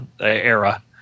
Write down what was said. era